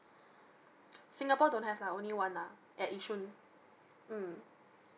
singapore don't have lah only one lah at yishun mm